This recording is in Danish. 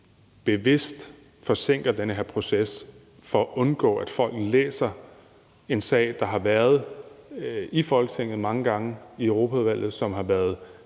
bevidst forsinker den her proces for at undgå, at folk kan læse en sag, der har været taget op mange gange i Europaudvalget her i